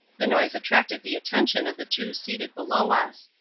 the noise attracted the attention of the two seated below us.